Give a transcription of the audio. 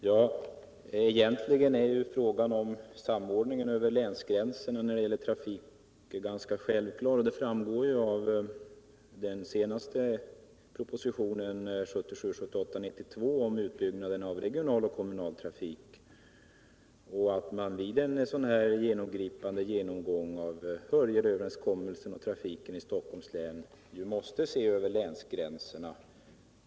Herr talman! Egentligen är frågan om samordningen över länsgränserna när det gäller trafiken ganska självklar. Det framgår av den senaste propositionen 1977/78:92 om utbyggnad av regional och lokal trafik. Vid en sådan genomgripande genomgång av Hörjelöverenskommelsen och trafiken i Stockholms län måste man se ut över länsgränserna.